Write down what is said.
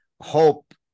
hope